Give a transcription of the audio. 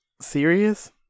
serious